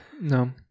No